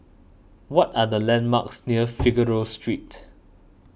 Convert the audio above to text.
what are the landmarks near Figaro Street